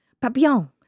Papillon